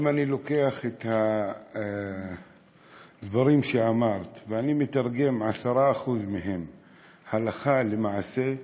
אם אני לוקח את הדברים שאמרת ואני מתרגם 10% מהם הלכה למעשה,